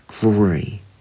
glory